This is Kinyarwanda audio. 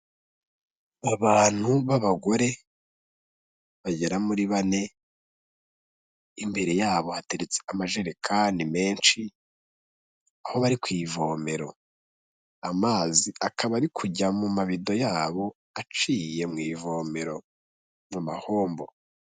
Abantu b'abagore bagera muri bane imbere yabo hateretse amajerekani menshi aho bari ku ivomero, amazi akaba ari kujya mu mabido yabo aciye mu ivomero mu mahombo.